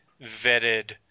vetted